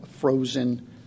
frozen